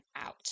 out